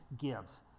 gives